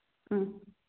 ꯎꯝ